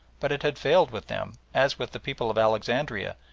but it had failed with them, as with the people of alexandria,